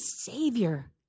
Savior